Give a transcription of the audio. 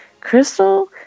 Crystal